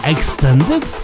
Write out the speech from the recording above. Extended